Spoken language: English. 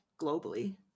globally